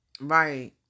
Right